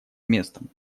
местом